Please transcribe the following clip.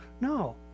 no